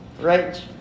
Right